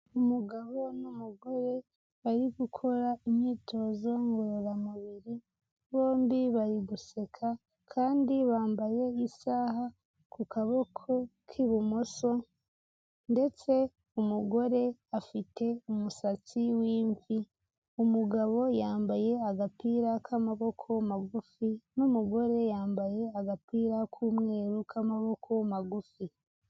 Umugabo n'umugore bari gukora imyitozo ngororamubiri bombi bari guseka kandi bambaye isaha ku kaboko k'ibumoso ndetse umugore afite umusatsi w'imvi umugabo yambaye agapira k'amaboko magufi n'umugore bambaye agapira k'umweru k'amaboko magufi.